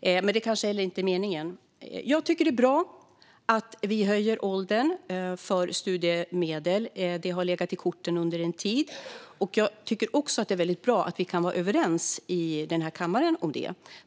Det kanske inte heller är meningen. Jag tycker att det är bra att vi höjer åldern för studiemedel. Det har legat i korten under en tid. Jag tycker också att det är väldigt bra att vi kan vara överens om detta i den här kammaren.